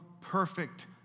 perfect